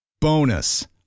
Bonus